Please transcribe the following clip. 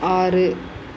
ஆறு